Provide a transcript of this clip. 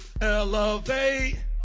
elevate